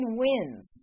wins